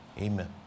amen